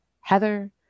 Heather